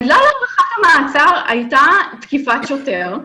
העילה להארכת המעצר הייתה תקיפת שוטר,